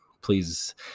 please